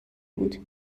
بود